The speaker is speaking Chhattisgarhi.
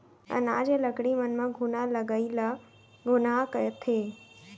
अनाज या लकड़ी मन म घुना लगई ल घुनहा कथें